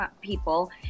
people